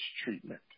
treatment